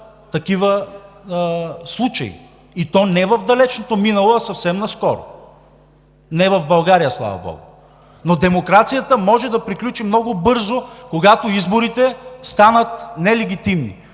такива случаи, и то не в далечното минало, а съвсем наскоро – не в България, слава богу! Но демокрацията може да приключи много бързо, когато изборите станат нелегитимни.